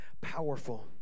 powerful